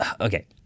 okay